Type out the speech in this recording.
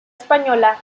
española